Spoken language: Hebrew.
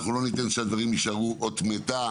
ואנחנו לא ניתן שהדברים יישארו אות מתה.